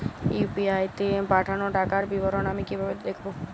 UPI তে পাঠানো টাকার বিবরণ আমি কিভাবে দেখবো?